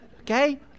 okay